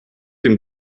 dem